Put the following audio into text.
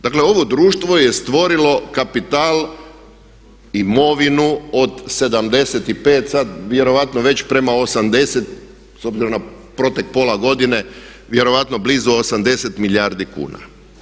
Dakle ovo društvo je stvorilo kapital, imovinu od 75, sad vjerojatno već prema 80, s obzirom na protek pola godine, vjerojatno blizu 80 milijardi kuna.